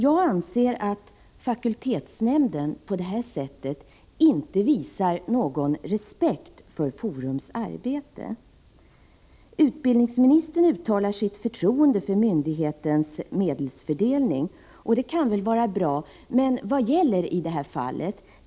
Jag anser att fakultetsnämnden på detta sätt inte visar någon respekt för Forums arbete. Utbildningsministern uttalar sitt förtroende för myndigheten när det gäller medelsfördelningen. Det kan väl vara bra, men i detta fall gäller följande.